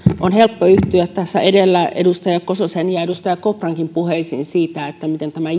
on helppo yhtyä tässä edustaja kososen ja edustaja koprankin puheisiin edellä siitä miten tämä